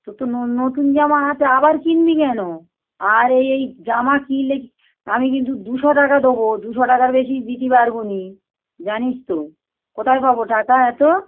তো তোর নতুন জামা আছে আবার কিনবি কেন আর এই এই জামা কিনলে আমি কিন্তু দুশো টাকা দোবো দুশো টাকার বেশি দিতে পারবো না জানিস তো কোথায় পাবো টাকা এতো